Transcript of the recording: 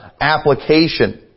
application